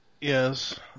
Yes